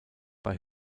bei